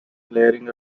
layering